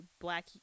black